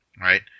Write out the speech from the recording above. Right